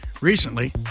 Recently